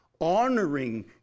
honoring